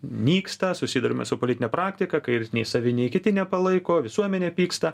nyksta susiduriame su politine praktika kai ir nei savi nei kiti nepalaiko visuomenė pyksta